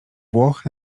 włoch